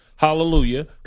Hallelujah